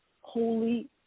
holy